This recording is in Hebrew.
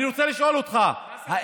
אני רוצה לשאול אותך, מס על חד-פעמי?